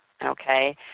Okay